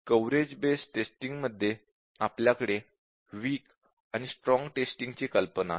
coverage based testing मध्ये आपल्याकडे strong आणि वीक टेस्टिंगची कल्पना आहे